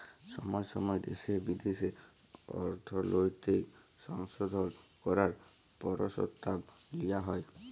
ছময় ছময় দ্যাশে বিদ্যাশে অর্থলৈতিক সংশধল ক্যরার পরসতাব লিয়া হ্যয়